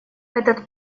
этот